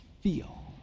feel